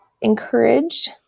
encourage